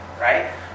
right